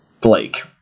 blake